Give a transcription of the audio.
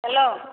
hello